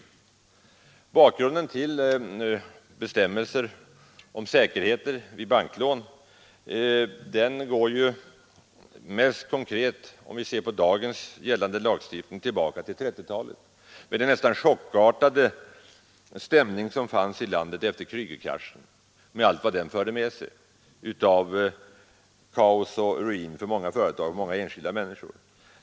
Den gällande banklagstiftningens bestämmelser om säkerheter vid banklån går ju tillbaka till 1930-talet med den nästan chockartade stämning som rådde i landet efter Kreugerkraschen, med allt vad den förde med sig av kaos och ruin för många företag och många enskilda människor.